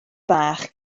bach